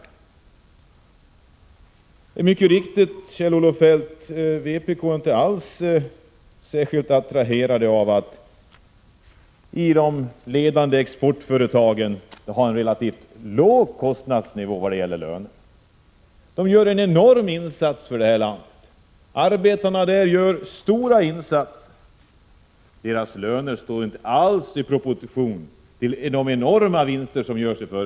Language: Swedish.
Det är mycket riktigt, Kjell-Olof Feldt, att vi i vpk inte alls är särskilt attraherade av att de ledande exportföretagen betalar relativt låga löner. Arbetarna i de företagen gör mycket stora insatser för det här landet, och deras löner står inte alls i proportion till de enorma vinster som görs i — Prot.